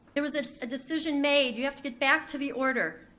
there was a decision made, you have to get back to the order.